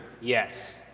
Yes